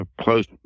close